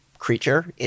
creature